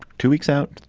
two weeks out,